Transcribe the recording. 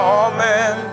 amen